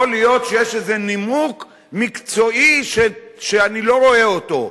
יכול להיות שיש איזה נימוק מקצועי שאני לא רואה אותו,